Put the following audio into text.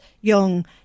young